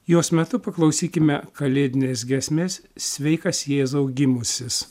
jos metu paklausykime kalėdinės giesmės sveikas jėzau gimusis